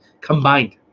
combined